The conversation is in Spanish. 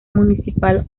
municipal